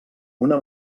una